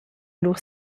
lur